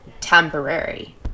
temporary